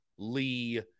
Lee